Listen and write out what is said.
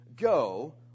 go